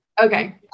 Okay